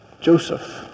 Joseph